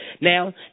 Now